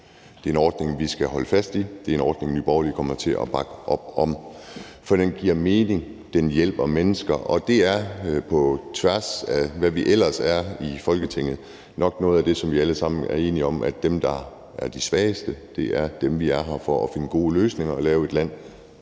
Det er en ordning, vi skal holde fast i; det er en ordning, Nye Borgerlige kommer til at bakke op om, for den giver mening, og den hjælper mennesker. Og det er på tværs af, hvordan vi ellers er i Folketinget, og det er nok noget af det, som vi alle sammen er enige om, nemlig at dem, der er de svageste, er dem, vi er her for at finde gode løsninger for og lave et land,